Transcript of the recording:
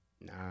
Nah